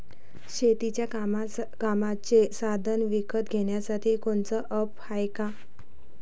शेतीच्या कामाचे साधनं विकत घ्यासाठी कोनतं ॲप हाये का?